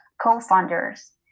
co-founders